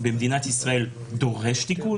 במדינת ישראל דורש תיקון,